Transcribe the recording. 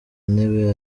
intebe